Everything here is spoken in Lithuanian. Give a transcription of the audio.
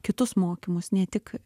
kitus mokymus ne tik